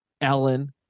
Ellen